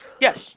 Yes